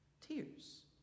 tears